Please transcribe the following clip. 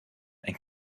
and